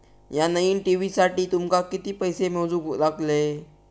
या नईन टी.व्ही साठी तुमका किती पैसे मोजूक लागले?